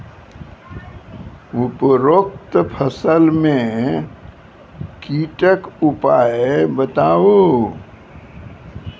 उपरोक्त फसल मे कीटक उपाय बताऊ?